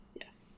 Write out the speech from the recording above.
Yes